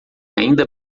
ainda